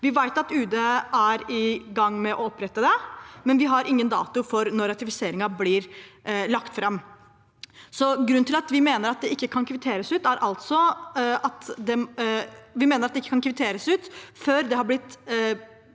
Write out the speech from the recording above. Vi vet at UD er i gang med å opprette det, men vi har ingen dato for når ratifiseringen blir lagt fram. Vi mener at det ikke kan kvitteres ut før Norge har bidratt